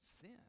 sin